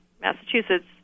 Massachusetts